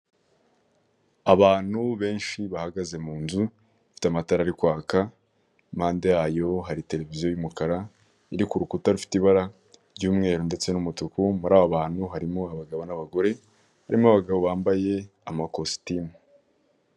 Abantu benshi bahagaze mu nzu ifite amatara ari kwaka, impande yayo hari televiziyo y'umukara iri ku rukuta rufite ibara ry'umweru ndetse n'umutuku, muri abo bantu harimo abagabo n'abagore barimo abagabo bambaye amakositimu.